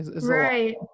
Right